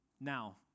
Now